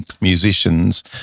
musicians